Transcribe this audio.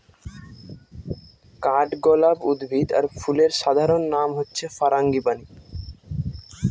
কাঠগলাপ উদ্ভিদ আর ফুলের সাধারণ নাম হচ্ছে ফারাঙ্গিপানি